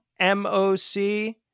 MOC